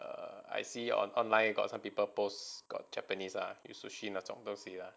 err I see on online got some people post got japanese 有 sushi 那种东西 lah